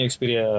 Xperia